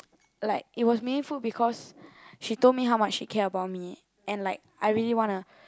like it was meaningful because she told me how much she care about me and like I really wanna